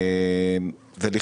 אנחנו,